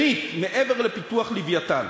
שנית, מעבר לפיתוח "לווייתן"